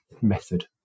method